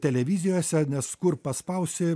televizijose nes kur paspausi